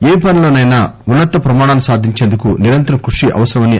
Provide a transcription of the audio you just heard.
ఏ పనిలోనైనా ఉన్న త ప్రమాణాలు సాధించేందుకు నిరంతరం కృషి అవసరమని అన్నారు